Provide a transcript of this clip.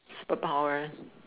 superpower